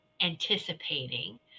anticipating